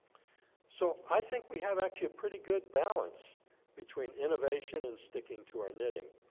so i think we have actually a pretty good balance between innovation and sticking to our knitting.